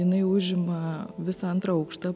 jinai užima visą antrą aukštą